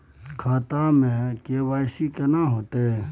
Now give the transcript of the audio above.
खाता में के.वाई.सी केना होतै?